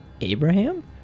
Abraham